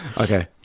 Okay